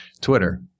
Twitter